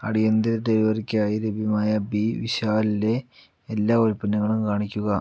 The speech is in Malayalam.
അടിയന്തര ഡെലിവറിക്കായി ലഭ്യമായ ബി വിശാലിലെ എല്ലാ ഉൽപ്പന്നങ്ങളും കാണിക്കുക